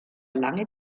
lange